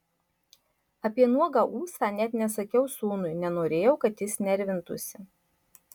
apie nuogą ūsą net nesakiau sūnui nenorėjau kad jis nervintųsi